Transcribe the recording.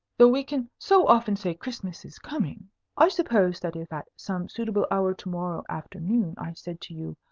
though we can so often say christmas is coming i suppose that if at some suitable hour to-morrow afternoon i said to you,